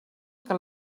que